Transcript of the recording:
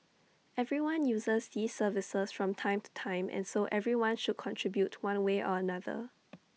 everyone uses these services from time to time and so everyone should contribute one way or another